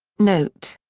note.